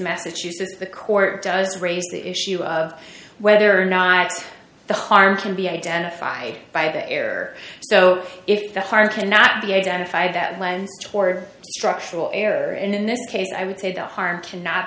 massachusetts the court does raise the issue of whether or not the harm can be identified by the air so if the heart cannot be identified that lends toward structural error in this case i would say the harm cannot